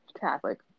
Catholic